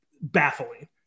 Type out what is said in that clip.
baffling